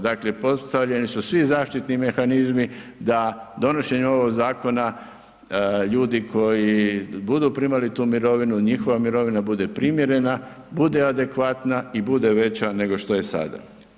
Dakle, postavljeni su svi zaštiti mehanizmi da donošenjem ovog zakona ljudi koji budu primali tu mirovinu njihova mirovina bude primjerena, bude adekvatna i bude veća nego što je sada.